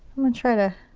i'm gonna try to